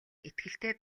итгэлтэй